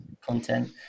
content